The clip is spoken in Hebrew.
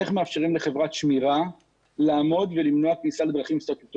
איך מאפשרים לחברת שמירה לעמוד ולמנוע כניסת אזרחים.